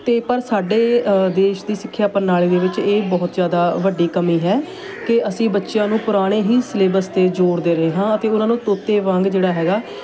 ਅਤੇ ਪਰ ਸਾਡੇ ਦੇਸ਼ ਦੀ ਸਿੱਖਿਆ ਪ੍ਰਣਾਲੀ ਦੇ ਵਿੱਚ ਇਹ ਬਹੁਤ ਜ਼ਿਆਦਾ ਵੱਡੀ ਕਮੀ ਹੈ ਕਿ ਅਸੀਂ ਬੱਚਿਆਂ ਨੂੰ ਪੁਰਾਣੇ ਹੀ ਸਿਲੇਬਸ 'ਤੇ ਜ਼ੋਰ ਦੇ ਰਹੇ ਹਾਂ ਅਤੇ ਉਹਨਾਂ ਨੂੰ ਤੋਤੇ ਵਾਂਗ ਜਿਹੜਾ ਹੈਗਾ